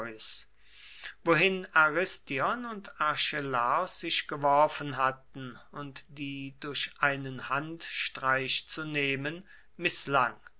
wohin aristion und archelaos sich geworfen hatten und die durch einen handstreich zu nehmen mißlang